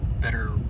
better